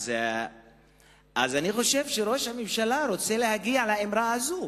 אז אני חושב שראש הממשלה רוצה להגיע לאמרה הזאת.